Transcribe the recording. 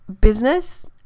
business